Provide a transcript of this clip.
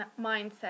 mindset